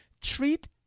Treat